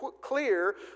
clear